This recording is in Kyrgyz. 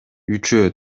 үчөө